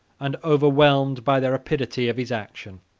and overwhelmed by the rapidity of his action.